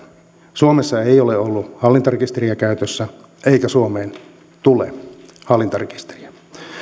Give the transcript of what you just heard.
suomessa ei ole ollut hallintarekisteriä käytössä eikä suomeen tule hallintarekisteriä